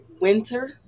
winter